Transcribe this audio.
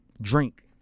Drink